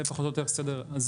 זה פחות או יותר לוח הזמנים.